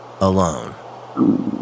alone